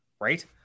right